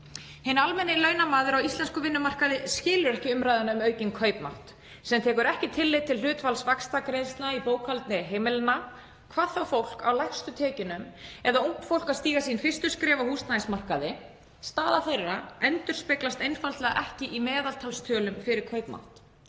Hinn almenni launamaður á íslenskum vinnumarkaði skilur ekki umræðuna um aukinn kaupmátt sem tekur ekki tillit til hlutfalls vaxtagreiðslna í bókhaldi heimilanna, hvað þá fólk á lægstu tekjunum eða ungt fólk að stíga sín fyrstu skref á húsnæðismarkaði. Staða þeirra endurspeglast einfaldlega ekki í meðaltalstölum fyrir kaupmátt.